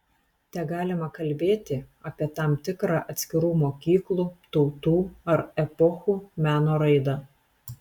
tegalima kalbėti apie tam tikrą atskirų mokyklų tautų ar epochų meno raidą